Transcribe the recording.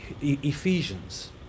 Ephesians